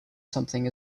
something